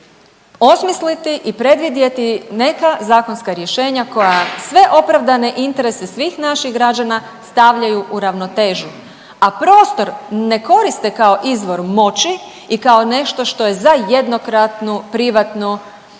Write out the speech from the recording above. osmisliti i predvidjeti neka zakonska rješenja koja sve opravdane interese svih naših građana stavljaju u ravnotežu, a prostor ne koriste kao izvor moći i kao nešto što je za jednokratnu privatnu vrlo